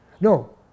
No